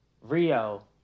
Rio